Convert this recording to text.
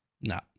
No